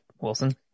Wilson